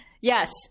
yes